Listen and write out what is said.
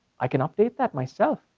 i can update that myself.